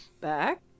Back